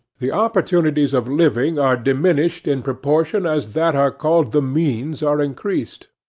the opportunities of living are diminished in proportion as that are called the means are increased.